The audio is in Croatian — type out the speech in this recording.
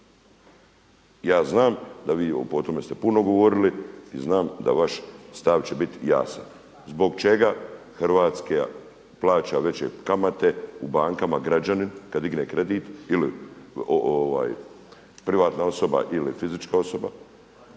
Ja znam da vi o tome ste puno govorili i znam da vaš stav će biti jasan zbog čega hrvatski plaća veće kamate u bankama građanin kada digne kredit ili privatna osoba ili fizička osoba?